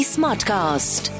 Smartcast